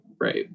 right